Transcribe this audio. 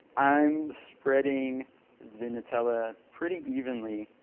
i'm spreading the nutella pretty evenly.